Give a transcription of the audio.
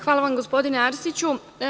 Hvala vam, gospodine Arsiću.